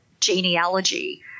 genealogy